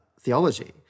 theology